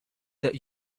that